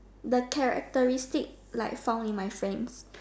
the characteristic like found in my friend